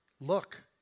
look